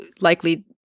likely